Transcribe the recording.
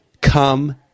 Come